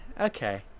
Okay